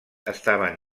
estaven